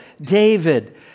David